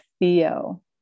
Theo